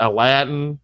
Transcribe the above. Aladdin